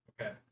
Okay